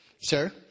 Sir